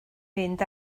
mynd